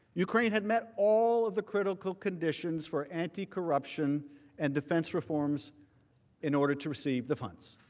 ukraine had met all of the critical conditions for anticorruption and defense reforms in order to receive the finds.